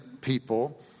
people